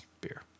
beer